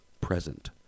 present